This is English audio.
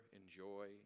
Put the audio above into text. enjoy